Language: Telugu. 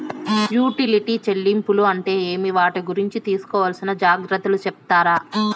యుటిలిటీ చెల్లింపులు అంటే ఏమి? వాటి గురించి తీసుకోవాల్సిన జాగ్రత్తలు సెప్తారా?